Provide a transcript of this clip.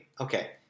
okay